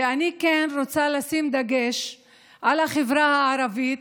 ואני כן רוצה לשים דגש על החברה הערבית,